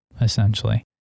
essentially